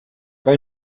kan